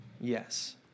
Yes